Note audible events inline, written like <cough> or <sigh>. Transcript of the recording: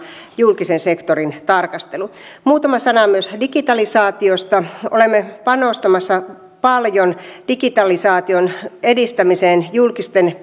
julkisen sektorin tarkastelu muutama sana myös digitalisaatiosta olemme panostamassa paljon digitalisaation edistämiseen julkisten <unintelligible>